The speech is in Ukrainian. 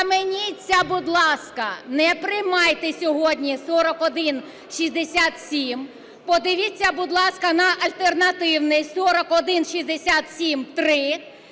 Схаменіться, будь ласка, не приймайте сьогодні 4167. Подивіться, будь ласка, на альтернативний 4167-3.